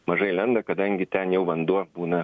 mažai lenda kadangi ten jau vanduo būna